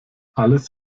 alles